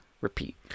repeat